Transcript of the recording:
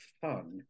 fun